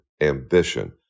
ambition